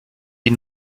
die